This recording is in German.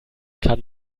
kann